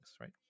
right